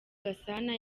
gasana